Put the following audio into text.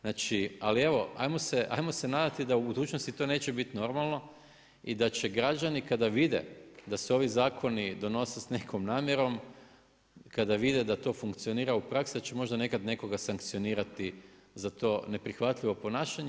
Znači ali evo hajmo se nadati da u budućnosti to neće bit normalno i da će građani kada vide da se ovi zakoni donose sa nekom namjerom, kada vide da to funkcionira u praksi, da će možda nekad nekoga sankcionirati za to neprihvatljivo ponašanje.